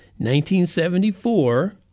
1974